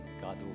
God